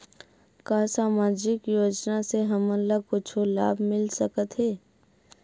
का सामाजिक योजना से हमन ला कुछु लाभ मिल सकत हे?